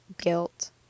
guilt